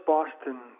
Boston